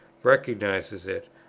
recognizes it,